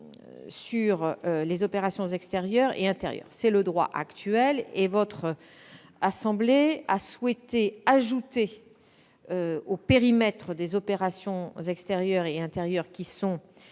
sur les opérations extérieures et intérieures. Tel est le droit actuel. Votre assemblée a souhaité ajouter au périmètre des opérations extérieures et intérieures couvert